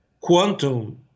quantum